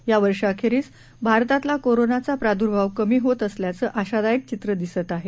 या वर्षाखेरीस भारतातला कोरोनाचा प्रादुर्भाव कमी होत असल्याचं आशादायक चित्र दिसत आहे